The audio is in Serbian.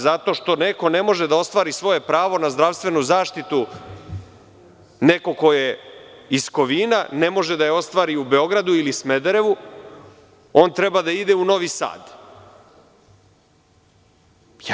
Zato što neko ne može da ostvari svoje pravo na zdravstvenu zaštitu, neko ko je iz Kovina ne može da je ostvari u Beogradu ili Smederevu, on treba da ide u Nosi Sad.